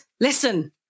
listen